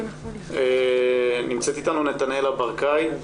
נמצאת איתנו נתנאלה ברקאי,